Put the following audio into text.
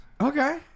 Okay